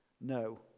No